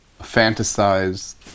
fantasize